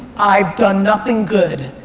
i've done nothing good.